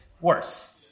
Worse